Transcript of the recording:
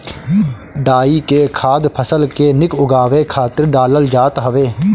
डाई के खाद फसल के निक उगावे खातिर डालल जात हवे